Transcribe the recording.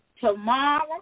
tomorrow